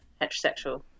heterosexual